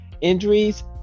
injuries